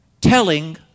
telling